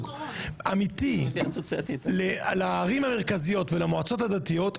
אמיתי לערים המרכזיות ולמועצות הדתיות,